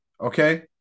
okay